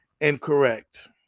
incorrect